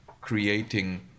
creating